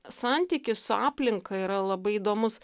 santykis su aplinka yra labai įdomus